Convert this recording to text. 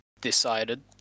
decided